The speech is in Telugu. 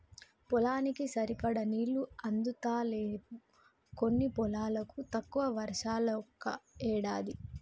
పొలానికి సరిపడా నీళ్లు అందుతలేవు కొన్ని పొలాలకు, తక్కువ వర్షాలు ఒక్కో ఏడాది